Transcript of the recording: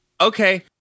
okay